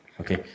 Okay